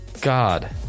god